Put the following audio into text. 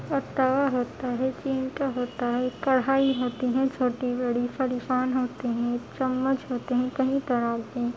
اور توا ہوتا ہے چمٹا ہوتا ہے کڑھائی ہوتی ہیں چھوٹی بڑی ہوتی ہیں چمچ ہوتے ہیں کئی طرح کے